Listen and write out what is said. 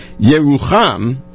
Yerucham